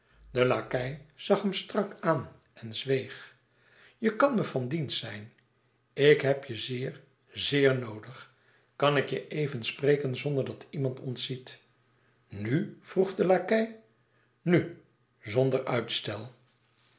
de lakei zag hem strak aan en zweeg je kan me van dienst zijn ik heb je zeer zeer noodig kàn ik je even spreken zonder dat iemand ons ziet nu vroeg de lakei nu zonder uitstel